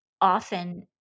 Often